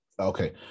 okay